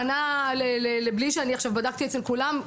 בלי שבדקתי עכשיו אצל כולם,